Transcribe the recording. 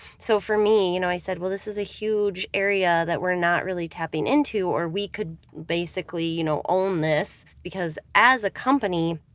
so for me, you know, i said, well this is a huge area that we're not really tapping into. or we could basically, you know, own this, because as a company,